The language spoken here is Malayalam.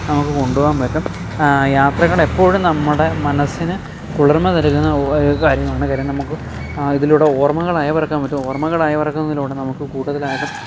നമുക്ക് കൊണ്ടുപോവാൻ പറ്റും യാത്രകൾ എപ്പോഴും നമ്മുടെ മനസ്സിന് കുളിർമ നൽകുന്ന ഒരു കാര്യമാണ് കാര്യം നമുക്ക് ഇതിലൂടെ ഓർമ്മകൾ അയവറക്കാൻ പറ്റും ഓർമ്മകൾ അയവറക്കുന്നതിലൂടെ നമുക്ക് കൂടുതലായിട്ടും